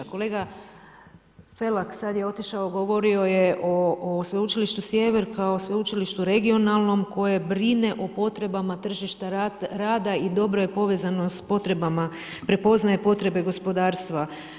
Kolega Felak sad je otišao, govorio je o Sveučilištu Sjever kao sveučilištu regionalnom koje brine o potrebama tržišta rada i dobro je povezano s potrebama, prepoznaje potrebe gospodarstvu.